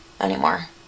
anymore